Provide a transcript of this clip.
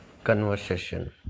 Conversation